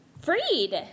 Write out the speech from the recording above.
freed